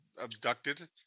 abducted